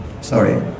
sorry